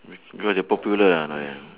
ya lah popular lah now ya